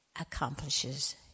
accomplishes